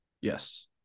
yes